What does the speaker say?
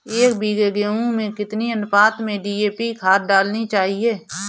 एक बीघे गेहूँ में कितनी अनुपात में डी.ए.पी खाद डालनी चाहिए?